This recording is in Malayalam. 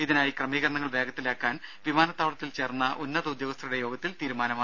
ഇതിനായി ക്രമീകരണങ്ങൾ വേഗത്തിലാക്കാൻ വിമാനത്താവളത്തിൽ ചേർന്ന ഉന്നത ഉദ്യോഗസ്ഥരുടെ യോഗത്തിൽ തീരുമാനമായി